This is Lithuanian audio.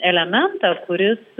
elementą kuris